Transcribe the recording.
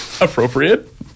appropriate